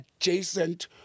adjacent